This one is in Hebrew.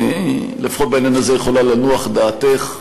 לפחות בעניין הזה יכולה לנוח דעתך.